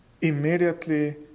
immediately